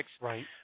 Right